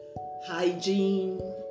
hygiene